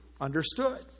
understood